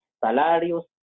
salarios